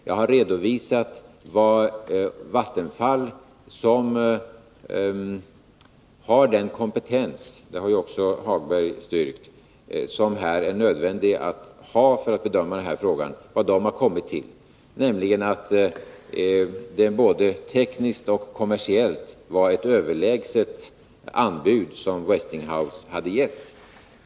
Jag har redovisat vad Vattenfall, som har den kompetens — det har ju också herr Hagberg styrkt — som är nödvändig för att bedöma den här frågan, har kommit fram till, nämligen att det både tekniskt och kommersiellt var ett överlägset anbud som Westinghouse hade gett.